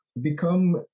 become